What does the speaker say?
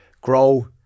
grow